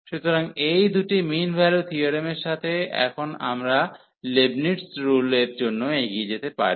সুতরাং এই দুটি মিন ভ্যালু থিওরেমের সাথে এখন আমরা লেবনিটজ রুল এর জন্য এগিয়ে যেতে পারি